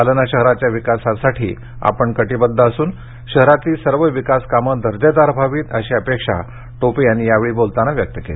जालना शहराच्या विकासाठी आपण कटीबध्द असून शहरातली सर्व विकास कामे दर्जेदार व्हावीत अशी अपेक्षा टोपे यांनी यावेळी बोलताना व्यक्त केली